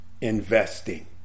investing